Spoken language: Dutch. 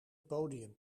podium